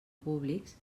públics